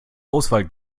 auswahl